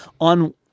on